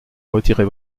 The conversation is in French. retirer